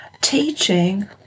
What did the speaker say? teaching